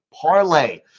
parlay